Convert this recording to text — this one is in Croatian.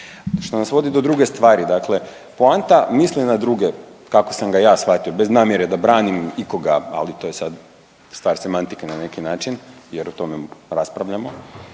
što nas vodi do druge stvari. Dakle, poanta misli na druge kako sam ga ja shvatio bez namjere da branim ikoga, ali to je sad stvar semantike na neki način jer o tome raspravljamo